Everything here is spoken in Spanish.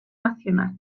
nacional